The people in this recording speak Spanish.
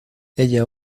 ella